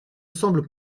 semble